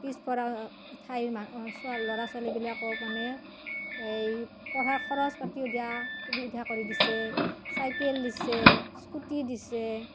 পিছপৰা ঠাইৰ ল'ৰা ছোৱালীবিলাকক মানে এই পঢ়াৰ খৰচ পাতিও দিয়া সুবিধা কৰি দিছে চাইকেল দিছে স্কুটি দিছে